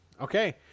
Okay